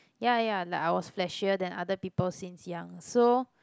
ya ya like I was fleshier than other people since young so